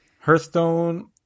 Hearthstone